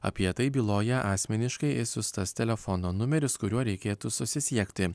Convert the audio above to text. apie tai byloja asmeniškai išsiųstas telefono numeris kuriuo reikėtų susisiekti